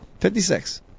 56